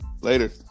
Later